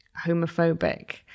homophobic